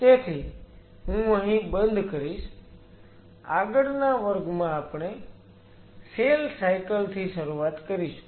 તેથી હું અહીં બંધ કરીશ આગળના વર્ગમાં આપણે સેલ સાયકલ થી શરૂઆત કરીશું